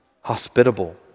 hospitable